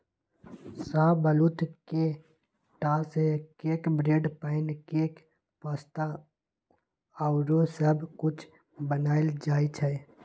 शाहबलूत के टा से cake, bread, pancake, pasta आउरो सब कुछ बनायल जाइ छइ